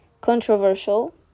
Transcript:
controversial